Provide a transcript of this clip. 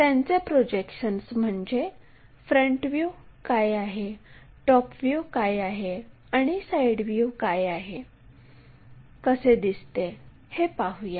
त्यांचे प्रोजेक्शन्स म्हणजे front view काय आहे टॉप व्ह्यू काय आहे आणि साईड व्ह्यू कसे दिसते हे पाहूया